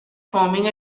forming